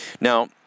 now